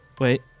Wait